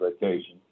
vacation